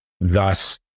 thus